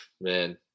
Man